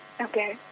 Okay